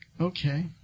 Okay